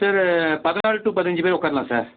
sir பதினாலு to பதினஞ்சு பேர் உட்காரலாம் சார்